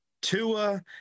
Tua